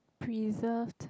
preserved